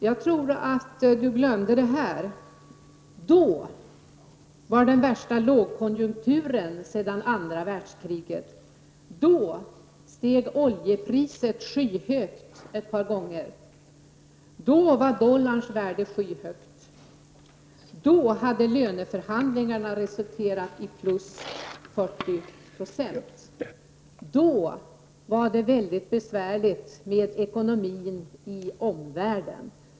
Jag tror att han glömde det här: Då var den värsta lågkonjunkturen sedan andra världskriget. Då steg oljepriset skyhögt ett par gånger. Då var dollarns värde skyhögt. Då var det väldigt besvärligt med ekonomin i omvärlden.